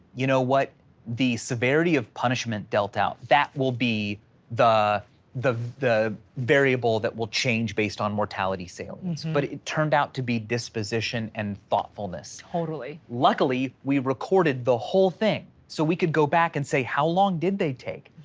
you know what the severity of punishment dealt out, that will be the variable variable that will change based on mortality sale. but it turned out to be disposition and thoughtfulness. totally. luckily, we recorded the whole thing. so we could go back and say, how long did they take?